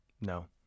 No